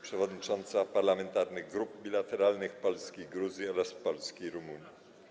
Przewodnicząca parlamentarnych grup bilateralnych Polski i Gruzji oraz Polski i Rumunii.